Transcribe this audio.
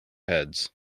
heads